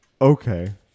Okay